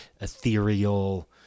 Ethereal